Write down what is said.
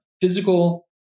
physical